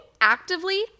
actively